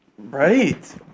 right